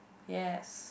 yes